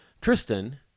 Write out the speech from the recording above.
tristan